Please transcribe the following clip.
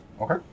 Okay